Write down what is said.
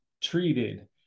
treated